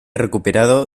recuperado